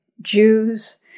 Jews